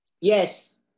Yes